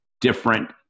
different